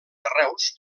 carreus